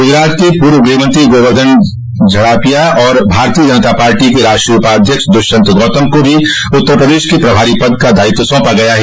गुजरात के पूव गृहमंत्री गोवर्धन झडापिया और भारतीय जनता पार्टी के राष्ट्रीय उपाध्यक्ष दुष्यन्त गौतम को भी उत्तर प्रदेश के प्रभारी पद का दायित्व सौंपा गया है